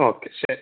okay ശരി